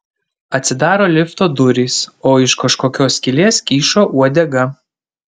atsidaro lifto durys o iš kažkokios skylės kyšo uodega